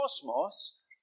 cosmos